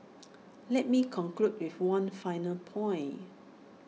let me conclude with one final point